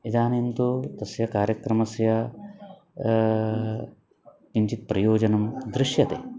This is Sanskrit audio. इदानीं तु तस्य कार्यक्रमस्य किञ्चित् प्रयोजनं दृश्यते